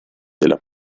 della